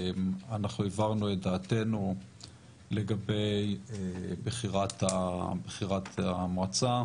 אנחנו הבהרנו את דעתנו לגבי בחירת המועצה.